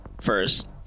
first